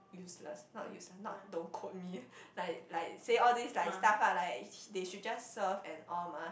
useless not useless not don't quote me like like say all this like stuff ah like they should just serve and all mah